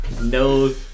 No